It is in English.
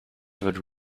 would